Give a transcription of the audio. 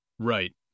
Right